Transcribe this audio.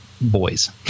boys